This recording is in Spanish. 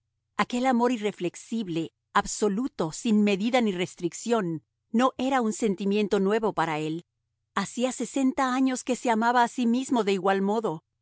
aquel amor irreflexivo absoluto sin medida ni restricción no era un sentimiento nuevo para él hacía sesenta años que se amaba a sí mismo de igual modo